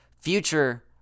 future